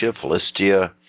Philistia